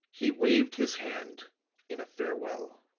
he waved his hand in a farewell.